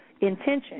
intention